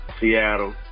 Seattle